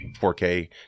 4k